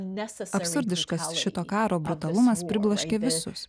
absurdiškas šito karo brutalumas pribloškė visus